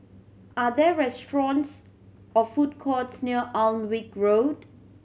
are there restaurants or food courts near Alnwick Road